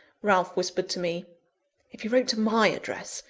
ralph whispered to me if he wrote to my address,